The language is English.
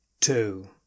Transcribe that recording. two